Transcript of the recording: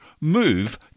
move